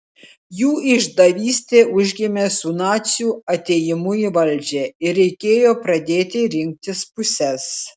jų išdavystė užgimė su nacių atėjimu į valdžią ir reikėjo pradėti rinktis puses